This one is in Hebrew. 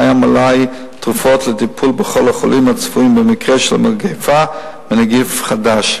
קיים מלאי תרופות לטיפול בכל החולים הצפויים במקרה של מגפה מנגיף חדש.